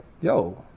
yo